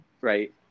right